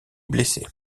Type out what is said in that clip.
blessé